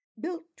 built